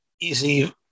easy